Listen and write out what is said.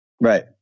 Right